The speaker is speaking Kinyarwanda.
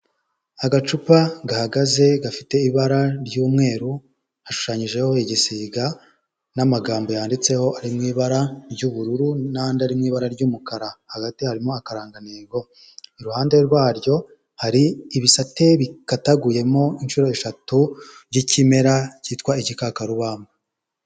Agacupa gahagaze, gafite ibara ry'umweru, hashushanyijeho igisiga n'amagambo yanditseho, ari mu ibara ry'ubururu, n'andi ari mu ibara ry'umukara, hagati harimo akarangantego, iruhande rwaryo hari ibisate bikataguyemo inshuro eshatu by'ikimera cyitwa igikakarubamba.